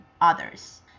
others